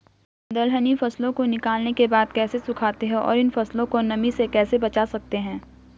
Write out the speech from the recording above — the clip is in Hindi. दलहनी फसलों को निकालने के बाद कैसे सुखाते हैं और इन फसलों को नमी से कैसे बचा सकते हैं?